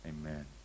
Amen